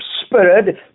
spirit